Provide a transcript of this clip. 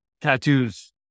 tattoos